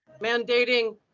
mandating